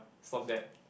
stop that